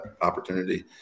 opportunity